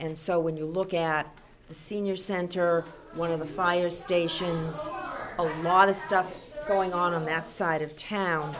and so when you look at the senior center one of the fire stations a lot of stuff going on on that side of town